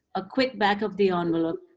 a quick back of the ah envelope,